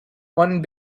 one